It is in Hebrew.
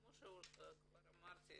כמו שכבר אמרתי,